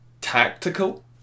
tactical